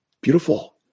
Beautiful